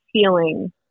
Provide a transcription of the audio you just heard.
feeling